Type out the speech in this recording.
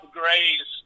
graze